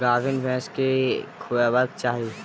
गाभीन भैंस केँ की खुएबाक चाहि?